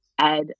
add